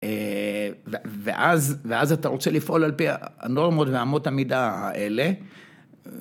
ואז אתה רוצה לפעול על פי הנורמות ואמות המידה האלה